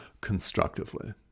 constructively